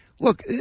look